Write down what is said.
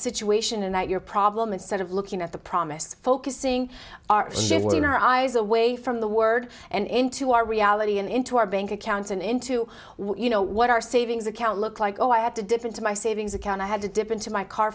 situation and that you're problem instead of looking at the promised focusing our shit in our eyes away from the word and into our reality and into our bank accounts and into what you know what our savings account look like oh i had to dip into my savings account i had to dip into my car